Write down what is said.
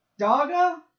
Daga